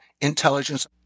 intelligence